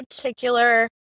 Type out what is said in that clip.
particular